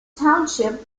township